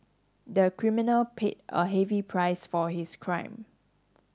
the criminal paid a heavy price for his crime